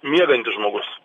miegantis žmogus